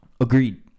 Agreed